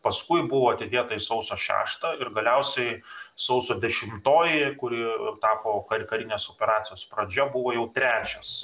paskui buvo atidėta į sausio šeštą ir galiausiai sausio dešimtoji kuri tapo karinės operacijos pradžia buvo jau trečias